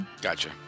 Gotcha